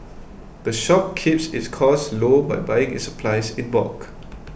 the shop keeps its costs low by buying its supplies in bulk